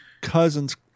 cousin's